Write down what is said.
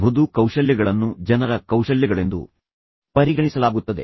ಮೃದು ಕೌಶಲ್ಯಗಳನ್ನು ಜನರ ಕೌಶಲ್ಯಗಳೆಂದು ಪರಿಗಣಿಸಲಾಗುತ್ತದೆ